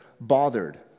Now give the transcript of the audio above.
bothered